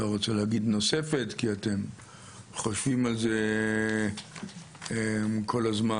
אני לא רוצה להגיד נוספת כי אתם חושבים על זה כל הזמן.